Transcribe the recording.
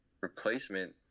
replacement